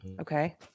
Okay